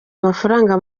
amafaranga